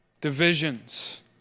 divisions